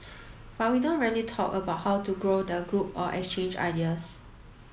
but we don't really talk about how to help grow the group or exchange ideas